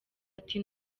ati